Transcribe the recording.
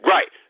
Right